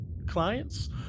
clients